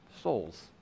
souls